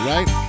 Right